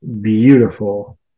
Beautiful